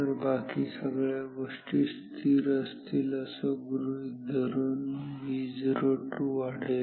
तर बाकी सगळ्या गोष्टी स्थिर असतील असं गृहीत धरून Vo2 वाढेल